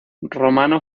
romano